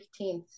15th